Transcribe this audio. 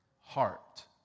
heart